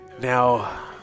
Now